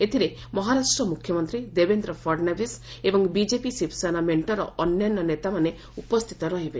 ଏଥିରେ ମହାରାଷ୍ଟ୍ର ମୁଖ୍ୟମନ୍ତ୍ରୀ ଦେବେନ୍ଦ୍ର ଫଡ଼ନାବିଶ ଏବଂ ବିଜେପି ଶିବ ସେନା ମେଣ୍ଟର ଅନ୍ୟାନ୍ୟ ନେତାମାନେ ଉପସ୍ଥିତ ରହିବେ